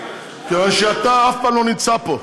כיוון שאתה אף פעם לא נמצא פה,